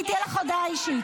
אני אתן לך הודעה אישית.